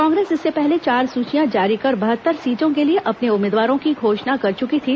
कांग्रेस इससे पहले चार सूचियां जारी कर बहत्तर सीटों के लिए अपने उम्मीदवारों की घोषणा कर चुकी थी